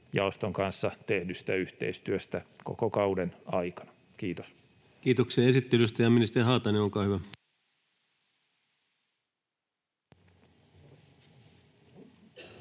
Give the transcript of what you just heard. kanssa tehdystä yhteistyöstä koko kauden aikana. — Kiitos. Kiitoksia esittelystä. — Ja ministeri Haatainen, olkaa hyvä.